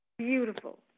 Beautiful